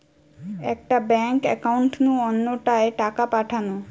একটা bank account নু অন্য টায় টাকা পাঠানো